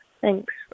Thanks